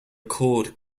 record